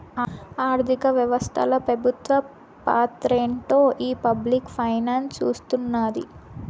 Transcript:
ఆర్థిక వ్యవస్తల పెబుత్వ పాత్రేంటో ఈ పబ్లిక్ ఫైనాన్స్ సూస్తున్నాది